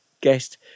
guest